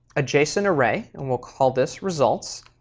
adjacent array, and we'll call this results.